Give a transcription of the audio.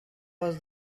was